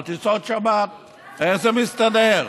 איך זה מסתדר?